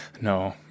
No